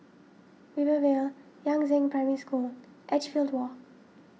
Rivervale Yangzheng Primary School Edgefield Walk